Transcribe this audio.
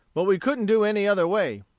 but we couldn't do any other way.